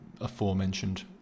aforementioned